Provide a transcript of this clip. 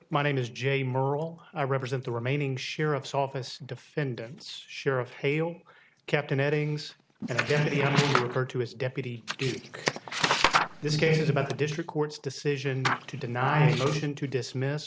my name is jay morell i represent the remaining sheriff's office defendants share of hail captain eddings and her to his deputy in this case is about the district court's decision to deny evolution to dismiss